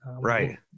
Right